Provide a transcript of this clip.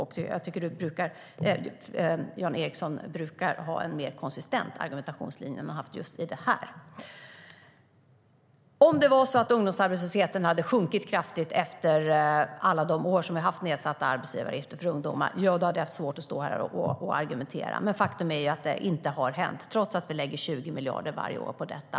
Jag tycker att Jan Ericson brukar ha en mer konsistent argumentationslinje än vad han har haft här. Om ungdomsarbetslösheten hade sjunkit kraftigt efter alla de år som man har haft nedsatta arbetsgivaravgifter för ungdomar, då hade jag haft svårt att argumentera mot detta. Men faktum är att så inte har varit fallet trots att vi lägger 20 miljarder varje år på det.